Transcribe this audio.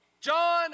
John